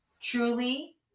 truly